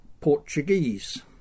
Portuguese